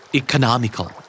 economical